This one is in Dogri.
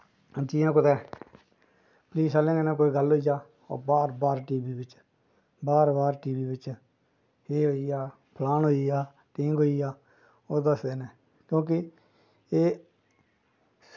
जियां कुतै पुलिस आह्लें कन्नै गल्ल होई जा ओह् बार बार टी वी बिच्च बार बार टी वी बिच्च एह् होई गेआ फलान होई गेआ टींग होई गेआ ओह् दसदे न क्योंकि एह्